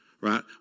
Right